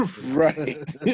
right